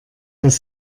das